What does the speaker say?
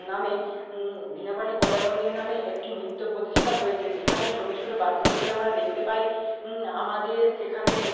নামে বীণাপাণি কলা মন্দির নামে একটি নৃত্য প্রতিষ্ঠান রয়েছে যেখানে ছোটো ছোটো বাচ্চাদেরকে আমরা দেখতে পাই আমাদের সেখানের